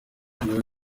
yongeye